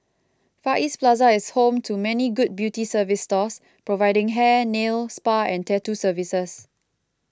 Far East Plaza is home to many good beauty service stores providing hair nail spa and tattoo services